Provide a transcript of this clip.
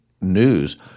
news